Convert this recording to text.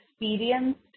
experienced